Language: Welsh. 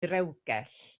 rewgell